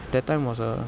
that time was a